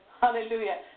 hallelujah